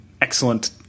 excellent